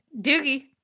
Doogie